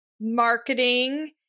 marketing